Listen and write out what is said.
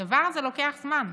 הדבר הזה לוקח זמן.